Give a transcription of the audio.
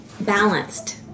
balanced